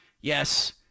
yes